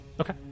Okay